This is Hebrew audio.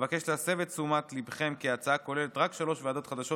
אבקש להסב את תשומת ליבכם כי ההצעה כוללת רק שלוש ועדות חדשות,